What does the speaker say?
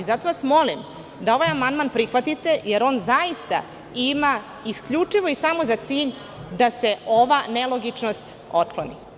Zato vas molim da ovaj amandman prihvatite, jer on zaista ima isključivo i samo za cilj da se ova nelogičnost otkloni.